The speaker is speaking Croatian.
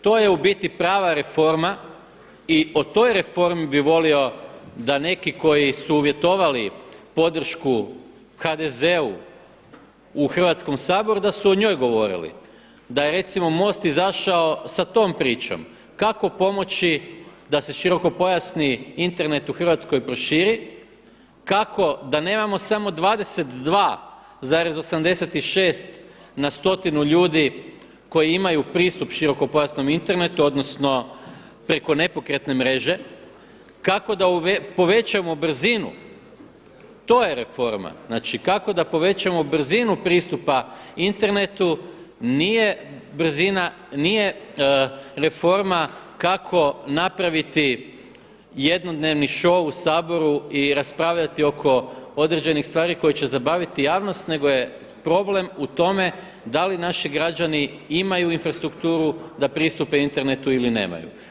To je u biti prava reforma i o toj reformi bih volio da neki koji su uvjetovali podršku HDZ-u u Hrvatskom saboru da su o njoj govorili, da je recimo MOST izašao sa tom pričom kako pomoći da se širokopojasni Internet u Hrvatskoj proširi, kako, da nemamo samo 22,86 na stotinu ljudi koji imaju pristup širokopojasnom internetu odnosno preko nepokretne mreže, kako da povećamo brzinu, to je reforma, znači kako da povećamo brzinu pristupa internetu nije brzina, nije reforma kako napraviti jednodnevni show u Saboru i raspravljati oko određenih stvari koje će zabaviti javnost nego je problem u tome da li naši građani imaju infrastrukturu da pristupe internetu ili nemaju.